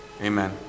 Amen